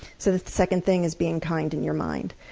so the second thing is being kind in your mind.